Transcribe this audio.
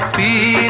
the